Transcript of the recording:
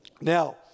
Now